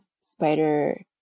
spider